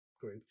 group